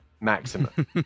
maximum